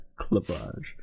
Clavage